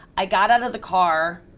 i got out of the car.